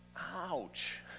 Ouch